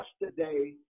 yesterday